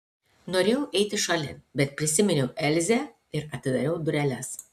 norėjau eiti šalin bet prisiminiau elzę ir atidariau dureles